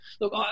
look